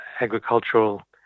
agricultural